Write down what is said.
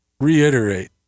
reiterate